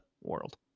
world